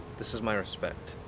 this is my respect.